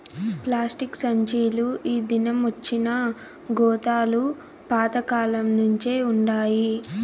plastic సంచీలు ఈ దినమొచ్చినా గోతాలు పాత కాలంనుంచే వుండాయి